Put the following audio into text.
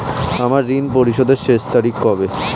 আমার ঋণ পরিশোধের শেষ তারিখ কবে?